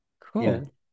cool